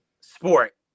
sport